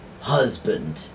husband